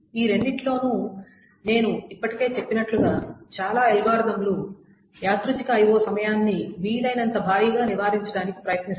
ఈ రెండింటిలోనూ నేను ఇప్పటికే చెప్పినట్లుగా చాలా అల్గోరిథంలు యాదృచ్ఛిక IO సమయాన్ని వీలైనంత భారీగా నివారించడానికి ప్రయత్నిస్తాయి